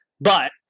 but-